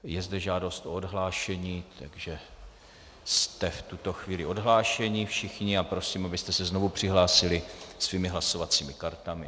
Je zde žádost o odhlášení, takže jste v tuto chvíli odhlášeni všichni a prosím, abyste se znovu přihlásili svými hlasovacími kartami.